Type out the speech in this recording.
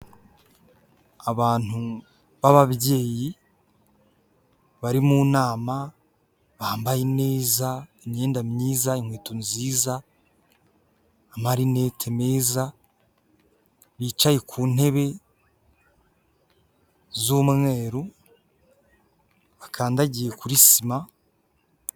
Abantu b'ababyeyi bari mu nama bambaye neza imyenda myiza, inkweto nziza, marinete meza, bicaye ku ntebe z'umweru bakandagiye kuri sima.